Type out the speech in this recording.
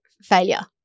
failure